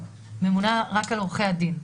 ממונה רק על עורכי הדין.